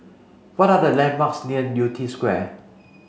what are the landmarks near Yew Tee Square